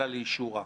אלא לאישורה.